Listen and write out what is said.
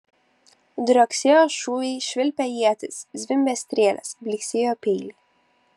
drioksėjo šūviai švilpė ietys zvimbė strėlės blyksėjo peiliai